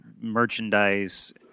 merchandise